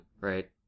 right